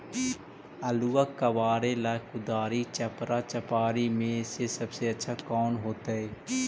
आलुआ कबारेला कुदारी, चपरा, चपारी में से सबसे अच्छा कौन होतई?